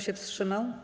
się wstrzymał?